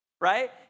right